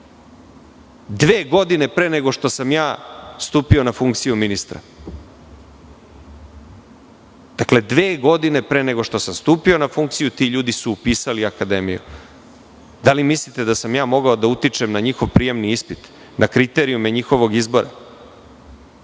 dve godine pre nego što sam stupio na funkciju ministra. Dakle, dve godine pre nego što sam stupio na funkciju su ti ljudi upisali akademiju. Da li mislite da sam mogao da utičem na njihov prijemni ispit, na kriterijume njihovog izbora?